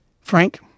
Frank